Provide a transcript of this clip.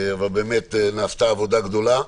אבל נעשתה עבודה גדולה.